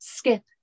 Skip